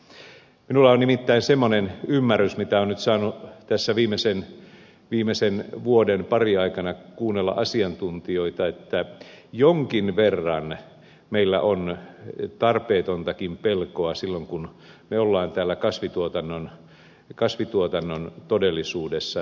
minulla on nimittäin semmoinen ymmärrys mitä on nyt saanut tässä viimeisen vuoden parin aikana kuunnella asiantuntijoita että jonkin verran meillä on tarpeetontakin pelkoa silloin kun me olemme täällä kasvintuotannon todellisuudessa